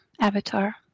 avatar